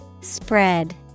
Spread